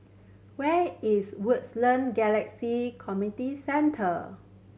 where is Wood's Land Galaxy Community Center